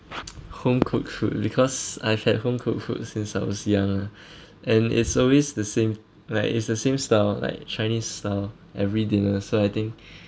home cooked food because I've had home cooked food since I was young lah and it's always the same like it's the same style like chinese style every dinner so I think